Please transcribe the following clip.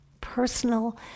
personal